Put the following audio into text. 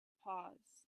pause